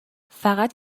فقط